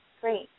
Great